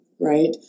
Right